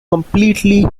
completely